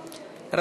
כץ.